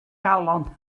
galon